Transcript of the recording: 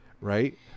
right